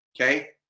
Okay